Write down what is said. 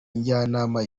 njyanama